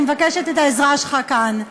אני מבקשת את העזרה שלך כאן.